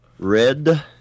Red